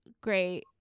great